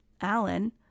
Alan